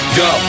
go